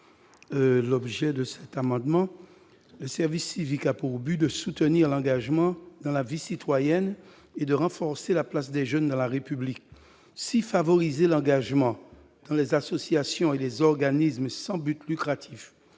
à M. Maurice Antiste. Le service civique a pour but de soutenir l'engagement dans la vie citoyenne et de renforcer la place des jeunes dans la République. Si favoriser l'engagement dans les associations et les organismes sans but lucratif